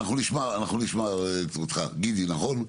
אנחנו נשמע , גידי, נכון?